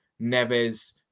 Neves